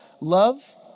Love